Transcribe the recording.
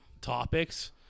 topics